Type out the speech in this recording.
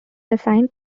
assigned